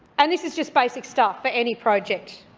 and this is just basic stuff for any project.